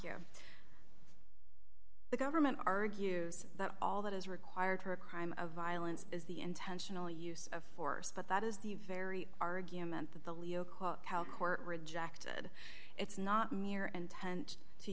here the government argues that all that is required for a crime of violence is the intentional use of force but that is the very argument that the leo court rejected it's not near and tend to